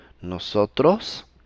Nosotros